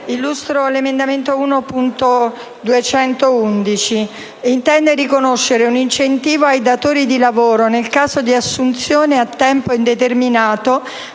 illustro l’emendamento 1.211, che intende riconoscere un incentivo ai datori di lavoro nel caso di assunzione a tempo indeterminato